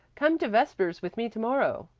come to vespers with me to-morrow.